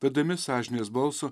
vedami sąžinės balso